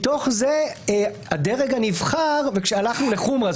מתוך זה הדרג הנבחר הלכנו לחומרה,